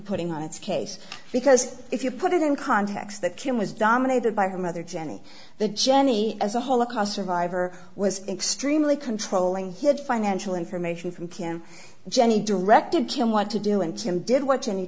putting on its case because if you put it in context that kim was dominated by her mother jenny the jenny as a holocaust survivor was extremely controlling he had financial information from kim jenny directed to him what to do and jim did what